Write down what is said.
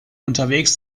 unterwegs